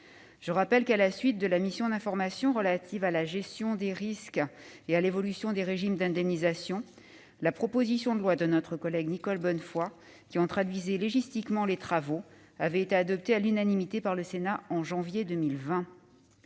Je rappelle que, à la suite de la mission d'information sur la gestion des risques climatiques et l'évolution de nos régimes d'indemnisation, la proposition de loi de notre collègue Nicole Bonnefoy, qui en traduisait les travaux dans un texte législatif, avait été adoptée à l'unanimité par le Sénat en janvier 2020.